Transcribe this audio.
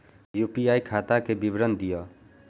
UPI खाता के विवरण दिअ?